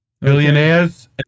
Billionaires